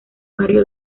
barrio